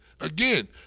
again